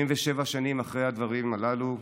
77 שנים אחרי הדברים הללו,